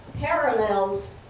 parallels